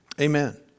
Amen